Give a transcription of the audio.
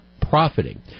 profiting